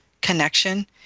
connection